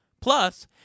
Plus